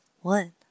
one